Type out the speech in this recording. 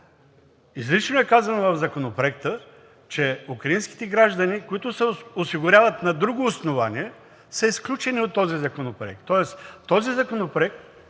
Изрично е казано в Законопроекта, че украинските граждани, които се осигуряват на друго основание, са изключени от този законопроект. Тоест този законопроект